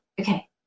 okay